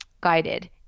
guided